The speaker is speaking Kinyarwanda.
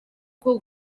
kuko